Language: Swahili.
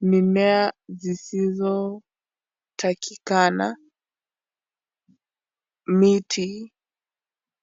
mimea zisizotakikana, miti.